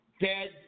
dead